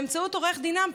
באמצעות עורך דינם,